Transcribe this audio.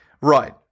Right